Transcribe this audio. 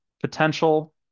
potential